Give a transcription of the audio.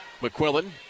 McQuillan